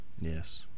Yes